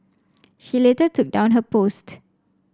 she later took down her post